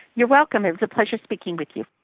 you're welcome, it was a pleasure speaking with you.